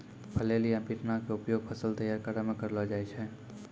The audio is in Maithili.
फ्लैल या पिटना के उपयोग फसल तैयार करै मॅ करलो जाय छै